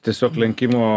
tiesiog lenkimo